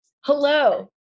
Hello